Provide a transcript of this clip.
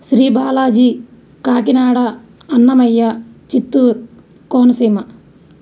Sri Balaji Kakinada Annamayya Chittoor Konaseema